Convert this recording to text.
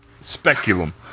Speculum